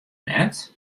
net